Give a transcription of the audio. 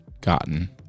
gotten